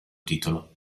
titolo